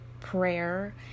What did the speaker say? prayer